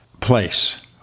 place